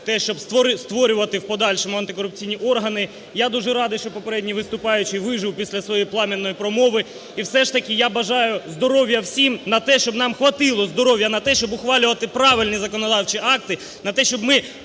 те, щоб створювати в подальшому антикорупційні органи. Я дуже радий, що попередній виступаючий вижив після своєї полум'яної промови. І все ж таки я бажаю здоров'я всім на те, щоб нам хватило здоров'я на те, щоб ухвалювати правильні законодавчі акти, на те, щоб ми